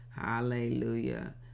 Hallelujah